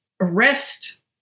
Arrest